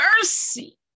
mercy